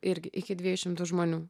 irgi iki dviejų šimtų žmonių